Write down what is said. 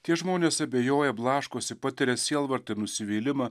tie žmonės abejoja blaškosi patiria sielvartą nusivylimą